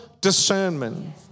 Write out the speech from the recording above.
discernment